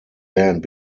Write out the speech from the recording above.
land